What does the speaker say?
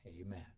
Amen